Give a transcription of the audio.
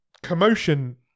commotion